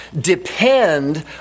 depend